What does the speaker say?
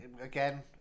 again